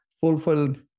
fulfilled